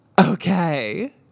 Okay